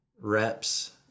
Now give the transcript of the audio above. reps